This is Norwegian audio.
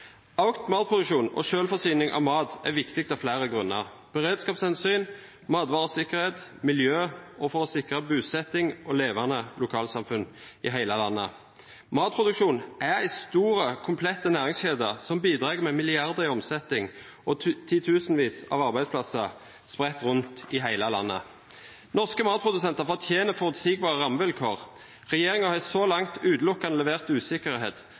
matproduksjon og selvforsyning når det gjelder mat, er viktig av flere grunner: beredskapshensyn, matvaresikkerhet og miljø og for å sikre bosetting og levende lokalsamfunn i hele landet. Matproduksjon er i store, komplette næringskjeder, som bidrar med milliarder i omsetning og titusenvis av arbeidsplasser spredt rundt i hele landet. Norske matprodusenter fortjener forutsigbare rammevilkår. Regjeringen har så langt utelukkende levert usikkerhet,